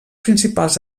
principals